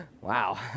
Wow